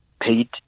paid